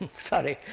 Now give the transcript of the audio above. sorry,